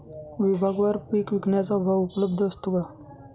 विभागवार पीक विकण्याचा भाव उपलब्ध असतो का?